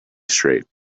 straight